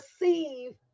receive